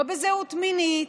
לא בזהות מינית,